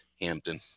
Hampton